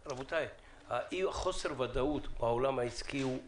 רבותי, חוסר הוודאות בעולם העסקי הוא מתסכל.